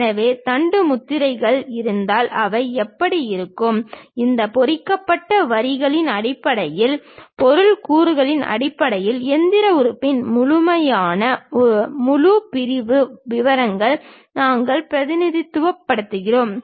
ஏதேனும் தண்டு முத்திரைகள் இருந்தால் அவை எப்படி இருக்கும் இந்த பொறிக்கப்பட்ட வரிகளின் அடிப்படையில் பொருள் கூறுகளின் அடிப்படையில் அந்த இயந்திர உறுப்பின் முழுமையான முழு பிரிவு விவரங்களை நாங்கள் பிரதிநிதித்துவப்படுத்துவோம்